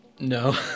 No